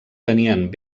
tenien